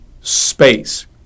space